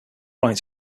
right